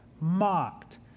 mocked